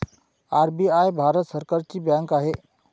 RBI Bharat सरकारची bank आहे